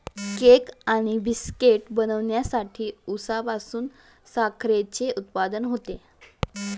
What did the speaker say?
cake आणि बिस्किटे बनवण्यासाठी उसापासून साखरेचे उत्पादन होते